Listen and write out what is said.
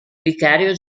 vicario